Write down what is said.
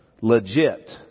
legit